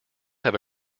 have